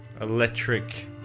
Electric